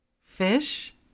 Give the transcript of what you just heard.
Fish